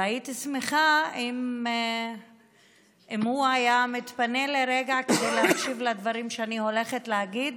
והייתי שמחה אם הוא היה מתפנה לרגע כדי להקשיב לדברים שאני הולכת להגיד.